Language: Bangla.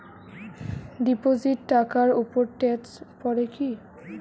ডিপোজিট টাকার উপর ট্যেক্স পড়ে কি?